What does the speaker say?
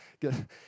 Good